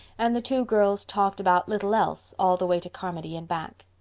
and the two girls talked about little else all the way to carmody and back.